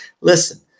Listen